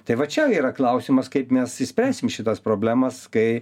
tai va čia yra klausimas kaip mes išspręsim šitas problemas kai